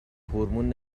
هورمون